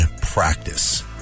practice